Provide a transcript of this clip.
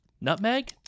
Nutmeg